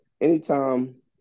anytime